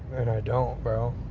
and i don't, bro